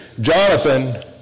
Jonathan